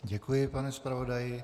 Děkuji, pane zpravodaji.